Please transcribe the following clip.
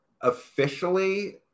officially